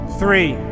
three